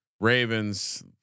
Ravens